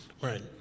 Right